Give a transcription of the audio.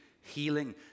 healing